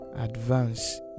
advance